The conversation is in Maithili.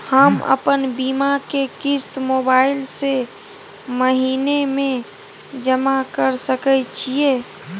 हम अपन बीमा के किस्त मोबाईल से महीने में जमा कर सके छिए?